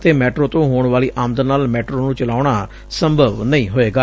ਅਤੇ ਮੈਟਰੋ ਤੋਂ ਹੋਣ ਵਾਲੀ ਆਮਦਨ ਨਾਲ ਮੈਟਰੋ ਨੂੰ ਚਲਾਉਣਾ ਸੰਭਵ ਨਹੀਂ ਹੋਏਗਾ